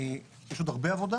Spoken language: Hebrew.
פשוט הרבה עבודה